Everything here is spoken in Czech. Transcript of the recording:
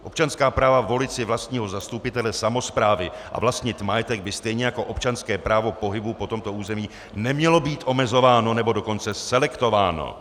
Občanská práva volit si vlastního zastupitele samosprávy a vlastnit majetek by stejně jako občanské právo pohybu po tomto území neměla být omezována, nebo dokonce selektována.